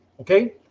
okay